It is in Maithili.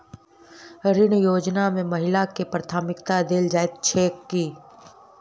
ऋण योजना मे महिलाकेँ प्राथमिकता देल जाइत छैक की?